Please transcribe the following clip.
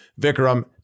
Vikram